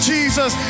Jesus